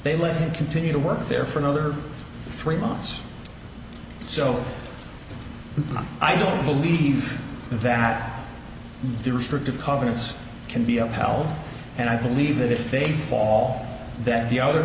they let him continue to work there for another three months so i do believe that the restrictive covenants can be upheld and i believe that if they fall that the other